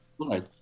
Right